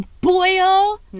boil